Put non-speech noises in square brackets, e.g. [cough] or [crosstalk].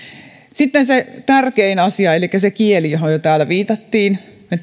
sitten se tärkein asia se kieli johon täällä jo viitattiin me [unintelligible]